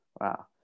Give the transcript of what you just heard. Wow